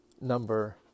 number